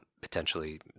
potentially